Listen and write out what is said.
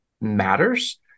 matters